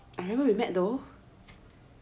I remembered we met though